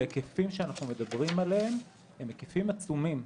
ההיקפים שאנחנו מדברים עליהם הם היקפים עצומים,